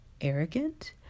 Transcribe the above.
arrogant